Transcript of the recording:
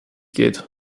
geht